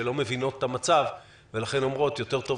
שלא מבינות את המצב ולכן אומרות: יותר טוב